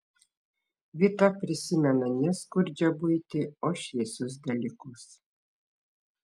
vita prisimena ne skurdžią buitį o šviesius dalykus